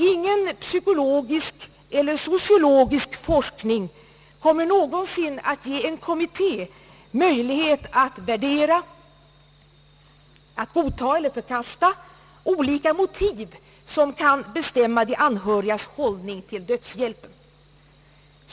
Ingen psykologisk eller sociologisk forskning kommer någonsin att ge en kommitté möjlighet att värdera — att godta eller förkasta — olika motiv som kan bestämma de anhörigas hållning till dödshjälpen.